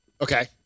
Okay